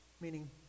Meaning